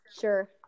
Sure